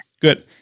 good